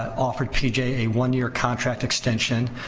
offered p j. a one year contract extension.